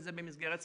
וזה במסגרת סמכותנו.